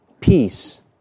peace